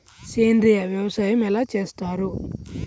సేంద్రీయ వ్యవసాయం ఎలా చేస్తారు?